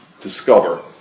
discover